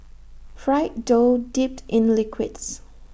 fried dough dipped in liquids